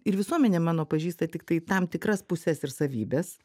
ir visuomenė mano pažįsta tiktai tam tikras puses ir savybes